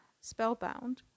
Spellbound